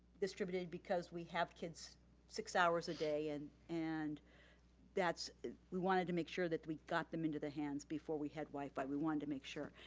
distributed because we have kids six hours a day and and we wanted to make sure that we got them into the hands before we had wi-fi. we wanted to make sure.